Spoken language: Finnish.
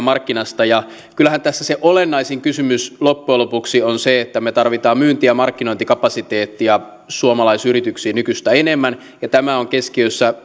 markkinasta kyllähän tässä se olennaisin kysymys loppujen lopuksi on se että me tarvitsemme myynti ja markkinointikapasiteettia suomalaisyrityksiin nykyistä enemmän tämä on keskiössä